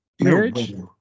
Marriage